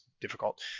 difficult